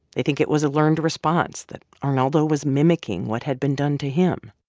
they think it was a learned response that arnaldo was mimicking what had been done to him.